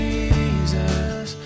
Jesus